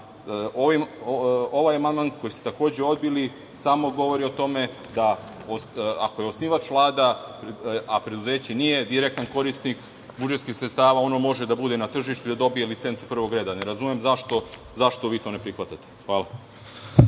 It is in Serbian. amandman koji ste takođe odbili, samo govori o tome ako je osnivač Vlada, a preduzeće nije direktan korisnik budžetskih sredstava, ono može da bude na tržištu i da dobije licencu prvog reda, ne razumem zašto vi to ne prihvatate? Hvala.